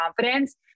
confidence